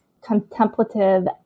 contemplative